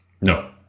No